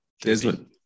Desmond